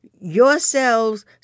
yourselves